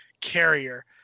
carrier